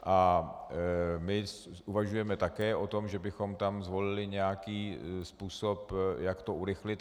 A my uvažujeme také o tom, že bychom tam zvolili nějaký způsob, jak to urychlit.